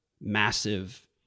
massive